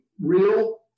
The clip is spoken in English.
real